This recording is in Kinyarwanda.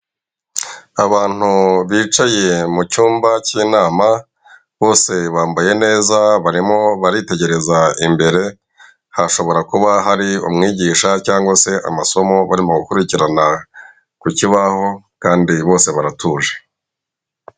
Abantu bicaye mu cyumba cy'inama bose bambaye neza barimo baritegereza imbere, hashobora kuba hari umwigisha cyangwa se amasomo barimo gukurikirana kukibaho kandi bose baratuje.